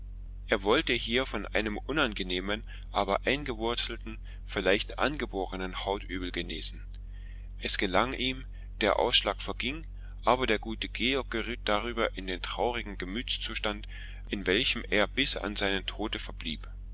er wollte hier von einem unangenehmen aber eingewurzelten vielleicht angeborenen hautübel genesen es gelang ihm der ausschlag verging aber der gute georg geriet darüber in den traurigen gemütszustand in welchen er bis an seinen tod verblieb